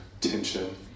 tension